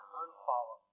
unfollow